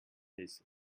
his